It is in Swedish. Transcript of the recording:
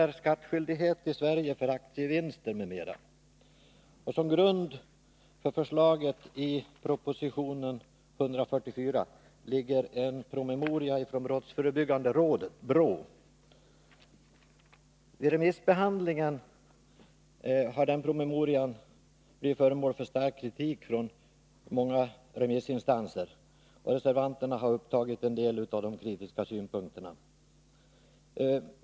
grund för förslaget i proposition 144 ligger en promemoria från brottsförebyggande rådet, BRÅ. Vid remissbehandlingen har den promemorian blivit föremål för stark kritik från många remissinstanser, och reservanterna har upptagit en del av de kritiska synpunkterna.